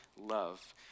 love